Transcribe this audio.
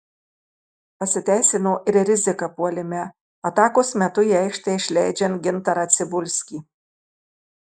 pasiteisino ir rizika puolime atakos metu į aikštę išleidžiant gintarą cibulskį